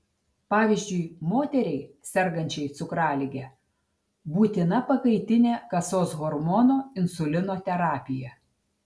pavyzdžiui moteriai sergančiai cukralige būtina pakaitinė kasos hormono insulino terapija